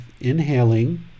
inhaling